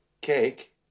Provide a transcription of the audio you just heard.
cake